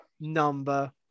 number